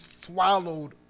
swallowed